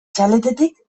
txaletetik